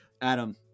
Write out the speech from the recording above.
Adam